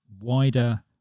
wider